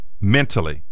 mentally